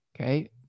okay